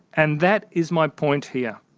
and that is my point here.